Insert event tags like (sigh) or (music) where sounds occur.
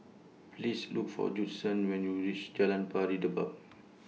Please Look For Judson when YOU REACH Jalan Pari Dedap (noise)